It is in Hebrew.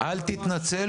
הנוכחים,